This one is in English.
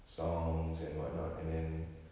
songs and what not and then